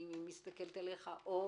אני מסתכלת עליך, אור.